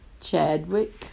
Chadwick